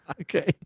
Okay